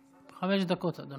חמש דקות, אדוני.